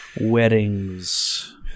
Weddings